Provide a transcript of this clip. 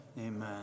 Amen